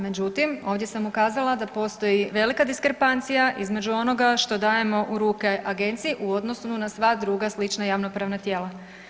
Međutim, ovdje sam ukazala da postoji velika diskrepancija između onoga što dajemo u ruke agenciji u odnosu na sva druga slična javnopravna tijela.